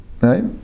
right